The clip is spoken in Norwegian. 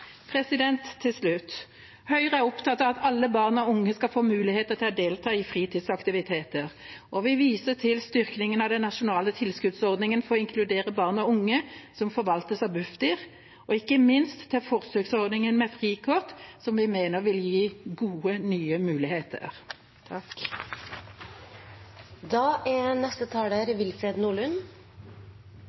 Til slutt: Høyre er opptatt av at alle barn og unge skal få mulighet til å delta i fritidsaktiviteter, og vi viser til styrkingen av den nasjonale tilskuddsordningen for å inkludere barn og unge, som forvaltes av Bufdir, og ikke minst til forsøksordningen med frikort, som vi mener vil gi gode, nye muligheter. Å sørge for gode oppvekstvilkår for barn og unge er